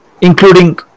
including